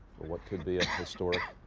what could be a historic